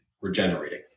regenerating